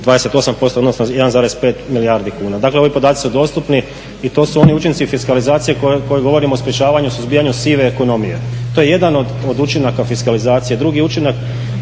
28% odnosno 1,5 milijardi kuna. Dakle ovi podaci su dostupni i to su oni učinci fiskalizacije koji govore o sprečavanju, suzbijanju sive ekonomije. To je jedan od učinaka fiskalizacije. Drugi učinak,